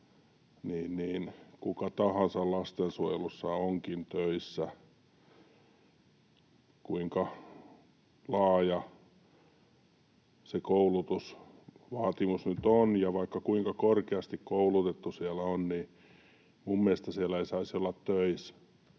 on, kuka tahansa lastensuojelussa onkin töissä, kuinka laaja se koulutusvaatimus nyt on ja kuinka korkeasti koulutettu siellä on, niin minun mielestäni siellä ei saisi olla töissä